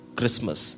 Christmas